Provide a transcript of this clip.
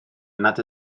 nad